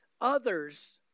others